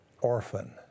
orphan